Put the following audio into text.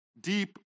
Deep